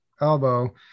elbow